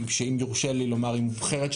אם יורשה לי לומר מובחרת,